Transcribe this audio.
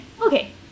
Okay